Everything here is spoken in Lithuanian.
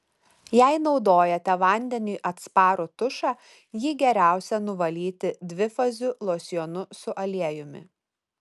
jei naudojate vandeniui atsparų tušą jį geriausia nuvalyti dvifaziu losjonu su aliejumi